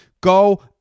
Go